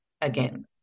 again